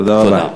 תודה.